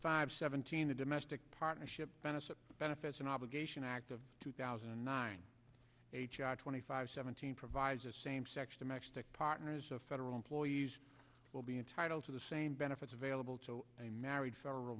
five seventeen a domestic partnership benefits benefits and obligation act of two thousand and nine twenty five seventeen provides the same sex domestic partners of federal employees will be entitled to the same benefits available to a married federal